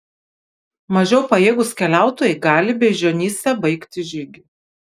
mažiau pajėgūs keliautojai gali beižionyse baigti žygį